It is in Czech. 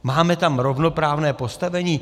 Máme tam rovnoprávné postavení?